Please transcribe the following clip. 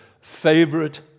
favorite